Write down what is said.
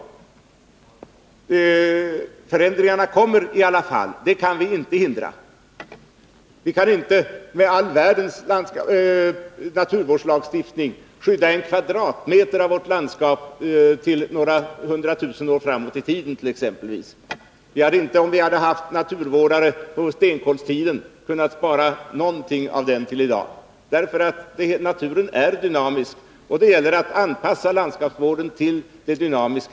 Men förändringarna sker i alla fall — det kan vi inte hindra. Vi kan inte med all världens naturvårdslagstiftning skydda en kvadratmeter av vårt landskap t.ex. 100 000 år framåt i tiden. Om vi hade haft naturvårdare på stenkolstiden hade vi ändå inte kunnat spara någonting av den naturen tilli dag — naturen är som sagt dynamisk, och det gäller att anpassa landskapsvården härtill.